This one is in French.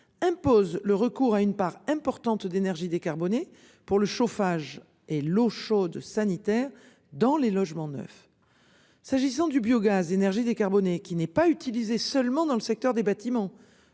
Impose le recours à une part importante d'énergies décarbonnées pour le chauffage et l'eau chaude sanitaire dans les logements neufs. S'agissant du biogaz, énergie décarboné qui n'est pas utilisé seulement dans le secteur des bâtiments